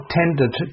tended